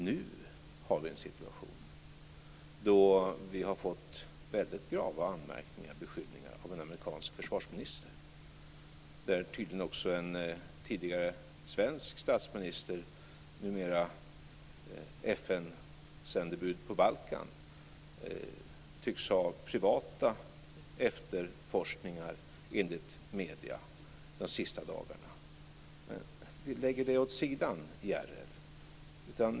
Nu har vi en situation då vi har fått väldigt grava anmärkningar och beskyllningar av en amerikansk försvarsminister. En tidigare svensk statsminister, numera FN-sändebud på Balkan, tycks också bedriva privata efterforskningar, enligt uppgifter i medierna de senaste dagarna. Men vi lägger det åt sidan, Järrel.